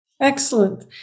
excellent